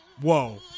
Whoa